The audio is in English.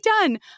done